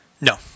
No